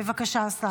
בבקשה, השר.